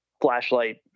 flashlight